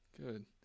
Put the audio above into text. good